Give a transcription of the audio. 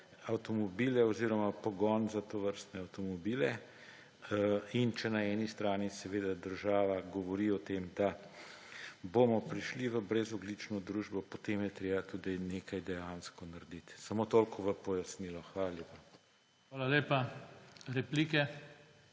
avtomobile oziroma pogon za tovrstne avtomobile. In če na eni strani država govori o tem, da bomo prišli v brezogljično družbo, potem je treba tudi nekaj dejansko narediti. Samo toliko v pojasnilo, hvala lepa. **PODPREDSEDNIK